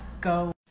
Go